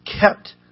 kept